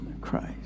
Christ